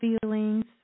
feelings